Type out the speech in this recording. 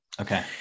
okay